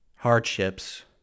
hardships